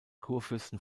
kurfürsten